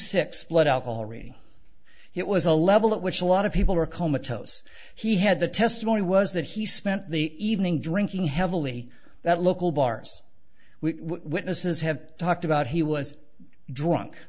reading it was a level at which a lot of people are comatose he had the testimony was that he spent the evening drinking heavily that local bars we witnesses have talked about he was drunk